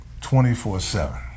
24-7